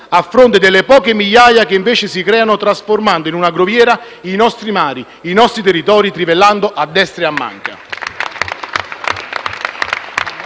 a fronte delle poche migliaia che invece si creano trasformando in una groviera i nostri mari e territori trivellando a destra e a manca.